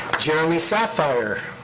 jeremy sapphire.